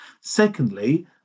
Secondly